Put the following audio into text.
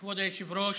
כבוד היושב-ראש,